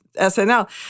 SNL